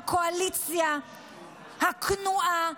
בקואליציה הכנועה,